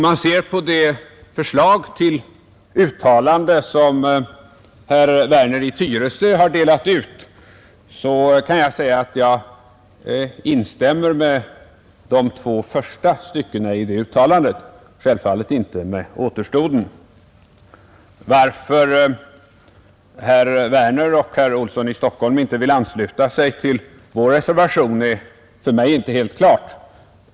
Vad sedan angår det förslag till uttalande som herr Werner i Tyresö har delat ut kan jag säga att jag instämmer med vad som står i de två första styckena i det uttalandet; självfallet inte med återstoden. Varför herr Werner och herr Olsson i Stockholm inte vill ansluta sig till vår reservation är för mig inte helt klart.